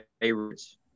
favorites